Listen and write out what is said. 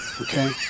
Okay